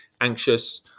anxious